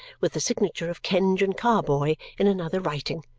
with the signature of kenge and carboy in another writing,